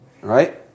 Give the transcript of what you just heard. Right